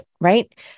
right